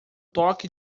toque